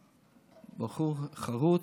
הוא בחור חרוץ,